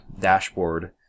dashboard